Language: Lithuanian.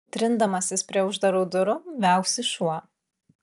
trindamasis prie uždarų durų viauksi šuo